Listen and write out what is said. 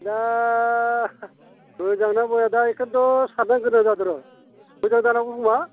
दा मोजां ना बया दा एखौनथ' साननो गोनां जादों र' मोजां जानांगौ खोमा